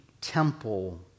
temple